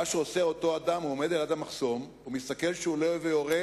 שמה שעושה אותו אדם הוא לעמוד ליד המחסום ולהסתכל שהוא עולה ויורד.